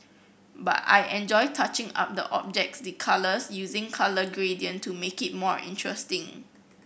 but I enjoy touching up the objects the colours using colour gradient to make it more interesting